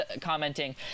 commenting